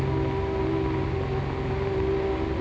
and